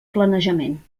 planejament